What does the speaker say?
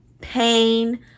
pain